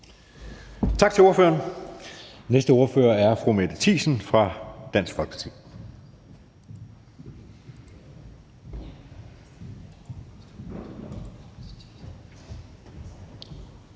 Tak til ordføreren. Den næste ordfører er fru Mette Thiesen fra Dansk Folkeparti.